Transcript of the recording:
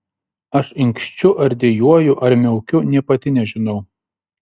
aš inkščiu ar dejuoju ar miaukiu nė pati nežinau